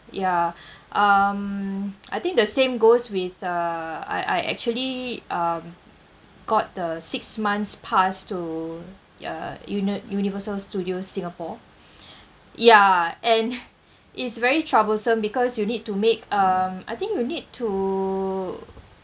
ya um I think the same goes with uh I I actually um got the six months pass to uh uni~ universal studios singapore ya and it's very troublesome because you need to make um I think you need to